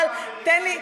אבל תן לי,